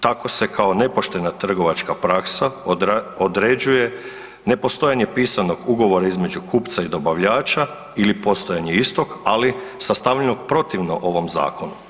Tako se kao nepoštena trgovačka praksa određuje nepostojanje pisanog ugovora između kupca i dobavljača ili postojanje istog, ali sastavljenog protivno ovom zakonu.